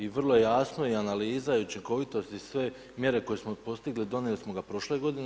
I vrlo jasno i analiza i učinkovitost i sve mjere koje smo postigli, donijeli smo ga prošle godine.